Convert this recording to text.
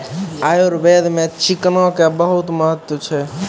आयुर्वेद मॅ चिकना के बहुत महत्व छै